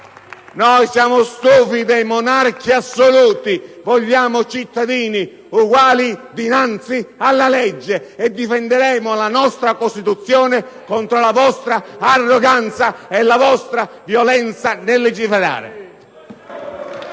Siamo stufi dei monarchi assoluti: vogliamo cittadini uguali dinanzi alla legge, e difenderemo la nostra Costituzione contro la vostra arroganza e la vostra violenza nel legiferare.